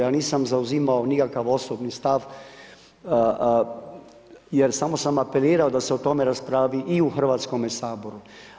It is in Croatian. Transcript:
Ja nisam zauzimao nikakav osobni stav jer samo sam apelirao da se o tom raspravi i u Hrvatskome saboru.